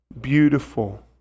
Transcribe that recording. beautiful